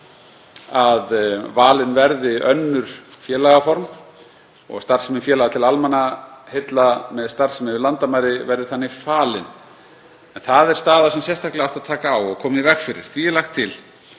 að valin verði önnur félagaform og starfsemi félaga til almannaheilla með starfsemi yfir landamæri verði þannig falin, en það er staða sem sérstaklega átti að taka á og koma í veg fyrir. Því er lagt til